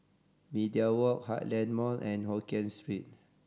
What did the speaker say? Media Walk Heartland Mall and Hokkien Street